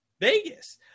Vegas